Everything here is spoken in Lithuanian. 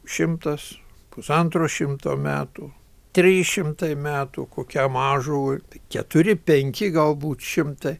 šimtas pusantro šimto metų trys šimtai metų kokiam ąžuolui keturi penki galbūt šimtai